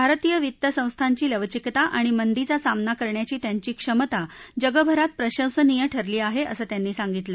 भारतीय वित्त संस्थांची लवचीकता आणि मंदीचा सामना करण्याची त्यांची क्षमता जगभरात प्रशंसनीय ठरली आहे असं त्यांनी सांगितलं